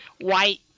white